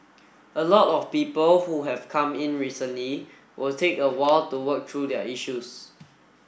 a lot of people who have come in recently will take a while to work through their issues